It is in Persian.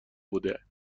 بوده